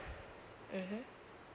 mmhmm